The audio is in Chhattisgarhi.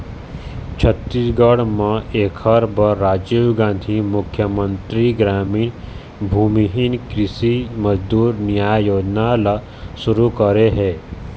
छत्तीसगढ़ म एखर बर राजीव गांधी मुख्यमंतरी गरामीन भूमिहीन कृषि मजदूर नियाय योजना ल सुरू करे हे